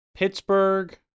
Pittsburgh